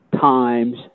times